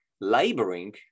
laboring